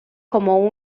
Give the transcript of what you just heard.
como